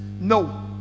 no